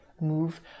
move